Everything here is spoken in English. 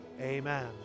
Amen